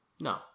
No